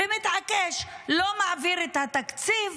ומתעקש: לא מעביר את התקציב,